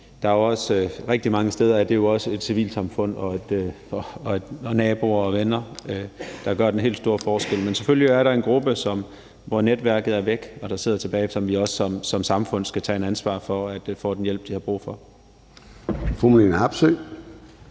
mere, men rigtig mange steder er det jo også et civilsamfund og naboer og venner, der gør den helt store forskel. Men selvfølgelig er der en gruppe, hvor netværket er væk, og som sidder tilbage, og dem skal vi som samfund tage et ansvar for får den hjælp, de har brug for.